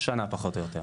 שנה פחות או יותר.